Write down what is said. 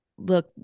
Look